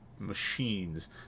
Machines